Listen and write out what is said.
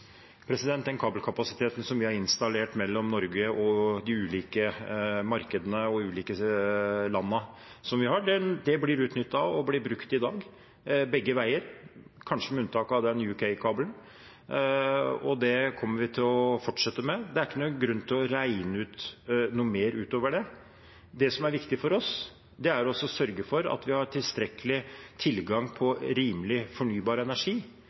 Den kabelkapasiteten vi har installert mellom Norge og de ulike markedene og landene vi har, blir utnyttet og brukt i dag – begge veier – kanskje med unntak av UK-kabelen. Det kommer vi til å fortsette med. Det er ingen grunn til å regne ut noe mer utover det. Det som er viktig for oss, er å sørge for at vi har tilstrekkelig tilgang på rimelig, fornybar energi